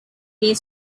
based